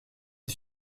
est